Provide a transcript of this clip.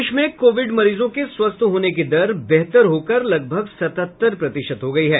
देश में कोविड मरीजों के स्वस्थ होने की दर बेहतर होकर लगभग सतहत्तर प्रतिशत हो गई है